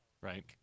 right